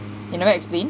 they never explain